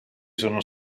sono